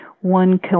one